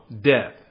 death